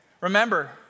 Remember